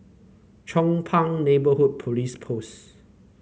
Chong Pang Neighbourhood Police Post